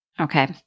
Okay